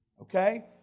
okay